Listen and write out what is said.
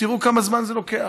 תראו כמה זמן זה לוקח.